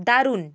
দারুণ